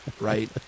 right